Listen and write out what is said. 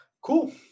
Cool